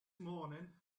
morning